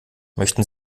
möchten